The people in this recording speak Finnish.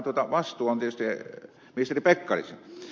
vastuu on tietysti ministeri pekkarisen